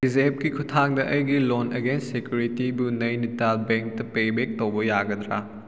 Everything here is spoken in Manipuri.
ꯄꯦꯖꯦꯞꯒꯤ ꯈꯨꯊꯥꯡꯗ ꯑꯩꯒꯤ ꯂꯣꯟ ꯑꯦꯒꯦꯟꯁ ꯁꯦꯀꯨꯔꯤꯇꯤꯕꯨ ꯅꯩꯅꯤꯇꯥꯜ ꯕꯦꯡꯇ ꯄꯦꯕꯦꯛ ꯇꯧꯕ ꯌꯥꯒꯗ꯭ꯔꯥ